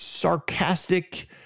sarcastic